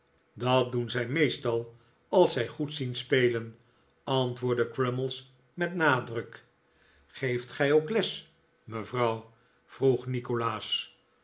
dat doen zij meestal als zij goed zien spelen antwoordde crummies met nadruk geeft gij ook les mevrouw vroeg nikolaas